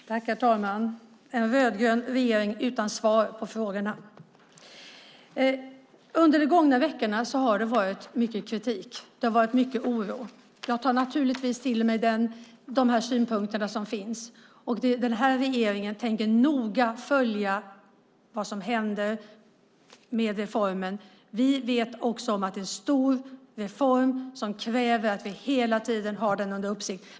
Herr ålderspresident! Alltså: En rödgrön regering utan svar på frågorna! Under de gångna veckorna har det varit mycket kritik och mycket oro. Jag tar naturligtvis till mig de synpunkter som finns. Den här regeringen tänker noga följa vad som händer med reformen. Vi vet också att det är en stor reform som kräver att vi hela tiden har den under uppsikt.